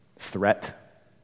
Threat